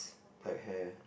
black hair